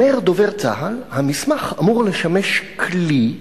אומר דובר צה"ל: המסמך אמור לשמש כלי למפקדים.